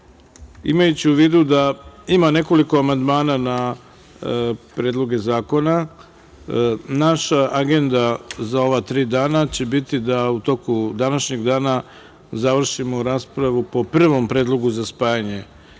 imajući u vidu da ima nekoliko amandmana na predloge zakona, naša agenda za ova tri dana biti da u toku današnjeg dana završimo raspravu po prvom predlogu za spajanje